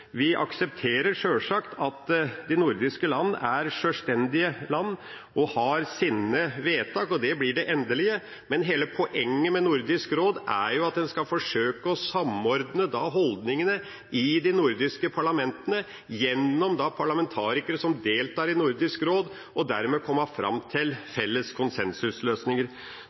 Vi aksepterer sjølsagt at de nordiske land er sjølstendige land og har sine vedtak, og det blir det endelige. Men hele poenget med Nordisk råd er jo at en skal forsøke å samordne holdningene i de nordiske parlamentene gjennom parlamentarikere som deltar i Nordisk råd, og dermed komme fram til felles konsensusløsninger.